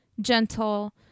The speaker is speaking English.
gentle